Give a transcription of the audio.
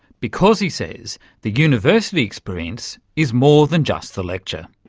because, he says, the university experience is more than just the lecture.